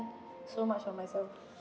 so much on myself